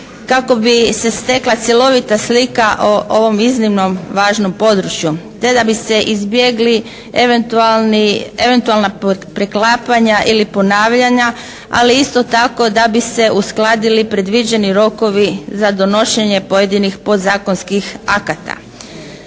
kako bi se stakla cjelovita slika o ovom iznimno važnom području, te da bi se izbjegli eventualna preklapanja ili ponavljanja. Ali isto tako da bi se uskladili predviđeni rokovi za donošenje pojedinih podzakonskih akata.